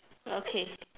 okay